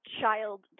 child